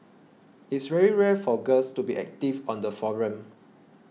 it's very rare for girls to be active on the forum